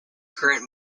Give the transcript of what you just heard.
current